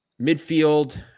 midfield